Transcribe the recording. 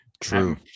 true